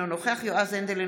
אינו נוכח יועז הנדל,